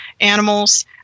Animals